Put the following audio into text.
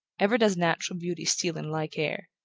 ever does natural beauty steal in like air,